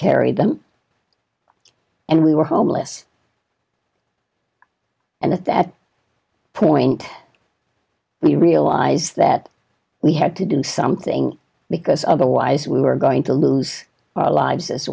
carry them and we were homeless and at that point we realized that we had to do something because otherwise we were going to lose our lives as